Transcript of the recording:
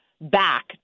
back